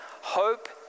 Hope